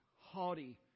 haughty